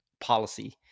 policy